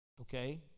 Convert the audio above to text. Okay